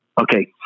Okay